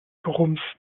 gerumst